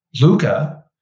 Luca